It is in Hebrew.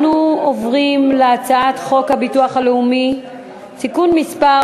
אנחנו עוברים להצעת חוק הביטוח הלאומי (תיקון מס'